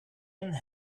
and